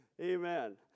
Amen